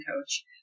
coach